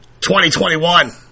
2021